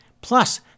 Plus